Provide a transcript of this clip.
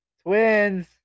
Twins